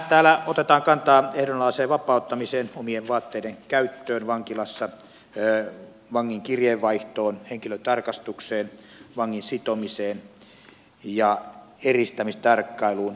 täällä otetaan kantaa ehdonalaiseen vapauttamiseen omien vaatteiden käyttöön vankilassa vangin kirjeenvaihtoon henkilötarkastukseen vangin sitomiseen ja eristämistarkkailuun